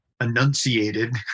enunciated